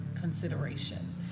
consideration